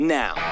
now